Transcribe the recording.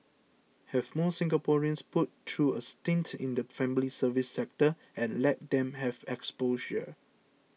have more Singaporeans put through a stint in the family service sector and let them have exposure